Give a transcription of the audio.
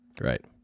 Right